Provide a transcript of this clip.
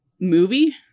movie